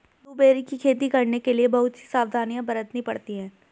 blueberry की खेती करने के लिए बहुत सी सावधानियां बरतनी पड़ती है